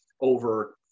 over